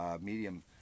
medium